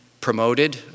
promoted